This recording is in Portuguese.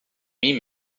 mim